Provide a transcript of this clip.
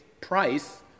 price